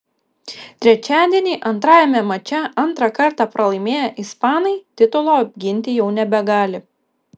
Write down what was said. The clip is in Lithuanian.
trečiadienį antrajame mače antrą kartą pralaimėję ispanai titulo apginti jau nebegali